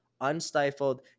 unstifled